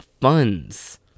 funds